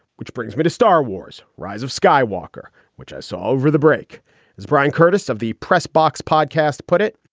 which brings me to star wars. rise of skywalker, which i saw over the break as bryan curtis of the press box podcast put it,